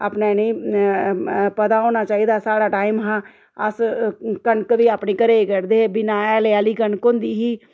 अपने इ'नें ई पता होना चाहिदा साढ़ा टाइम हा अस कनक बी अपने घरा दी कड्ढदे हे बिना हैले आह्ली कनक होंदी ही